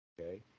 Okay